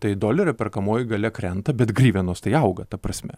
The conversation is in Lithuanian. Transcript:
tai dolerio perkamoji galia krenta bet grivenos tai auga ta prasme